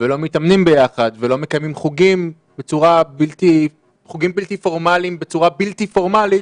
לא מתאמנים ביחד ולא מקיימים חוגים בלתי-פורמליים בצורה בלתי-פורמלית,